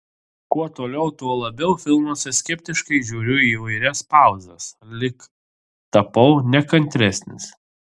kuo toliau tuo labiau filmuose skeptiškai žiūriu į įvairias pauzes lyg tapau nekantresnis